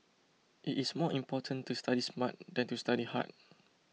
it is more important to study smart than to study hard